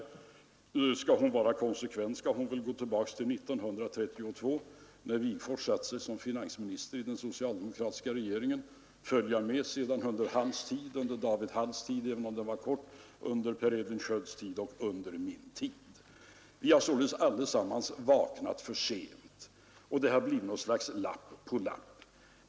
Om hon skall vara konsekvent, skall hon väl börja år 1932, när Wigforss började som finansminister i den socialdemokratiska regeringen, och sedan följa David Halls tid — även om den var kort — Per Edvin Skölds tid och därefter min tid. Vi skulle således allesammans ha vaknat för sent, och vi skulle bara ha lagt lapp på lapp.